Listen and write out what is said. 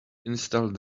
install